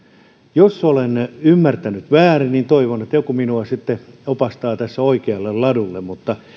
jos olen ymmärtänyt väärin niin toivon että joku minua sitten opastaa tässä oikealle ladulle mutta